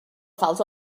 falç